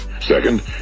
Second